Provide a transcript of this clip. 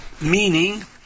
meaning